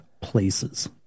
places